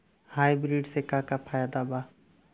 Hybrid से का का फायदा बा?